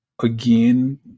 again